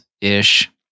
ish